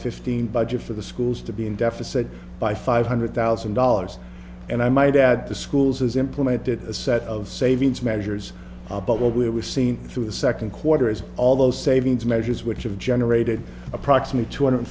fifteen budget for the schools to be in deficit by five hundred thousand dollars and i might add the schools has implemented a set of savings measures but what we're we've seen through the second quarter is all those savings measures which have generated approximately two hundred